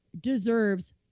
deserves